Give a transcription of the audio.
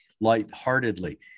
lightheartedly